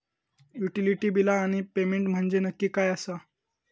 Utility बिला आणि payment म्हंजे नक्की काय आसा?